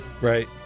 Right